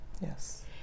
Yes